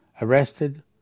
arrested